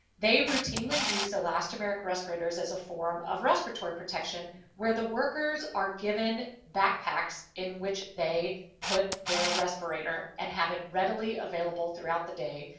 they routinely use elastomeric respirators as a form of respiratory protection where the workers are given backpacks in which they put their respirator and have it readily available throughout the day.